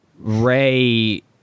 ray